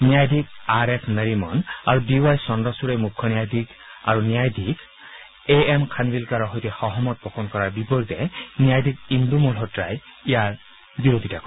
ন্যায়াধীশ R F Nariman আৰু D Y চন্দ্ৰচড়ে মুখ্য ন্যায়াধীয় আৰু ন্যায়াধীশ এ এম খানৱিলকাৰৰ সৈতে সহমত পোষণ কৰাৰ বিপৰীতে ন্যায়াধীশ ইন্দু মলহোত্ৰাই ইয়াৰ বিৰোধীতা কৰে